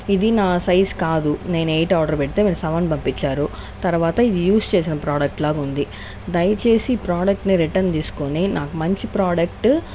ఇది నా సైజు కాదు నేను ఎయిట్ ఆర్డర్ పెడితే మీరు సెవెన్ పంపించారు తరువాత ఇది యూస్ చేసిన ప్రోడక్ట్ లాగా ఉంది దయచేసి ఈ ప్రోడక్ట్ ని రిటర్న్ తీసుకొని నాకు మంచి ప్రోడక్ట్